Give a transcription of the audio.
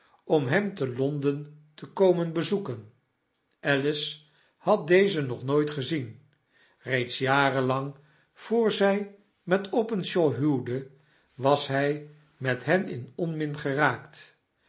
om hem te l o n d e n te komen bezoeken alice had dezen nog nooit gezien eeeds jarenlang voor zy met openshaw huwde was hij met hen in onmin geraakt